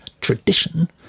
tradition